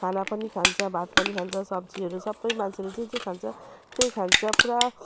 खाना पनि खान्छ भात पनि खान्छ सब्जीहरू सबै मान्छेले जे जे खान्छ त्यही खान्छ पुरा